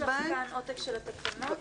יש לך כאן עותק של התקנות,